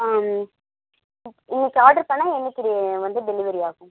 இன்னைக்கு ஆட்ரு பண்ணால் என்னைக்கு வந்து டெலிவரி ஆகும்